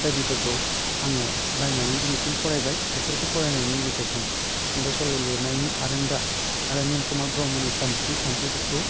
बायदिफोरखौ आङो बायनानै दिनैसिम फरायबाय बेफोरखौ फरायनायनि गेजेरजों सुंद' सल' लिरनायनि आरोंदा आरो निलकमल ब्रह्मनि सानस्रि सानथौखौ